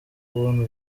kubona